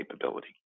capability